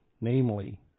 Namely